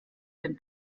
den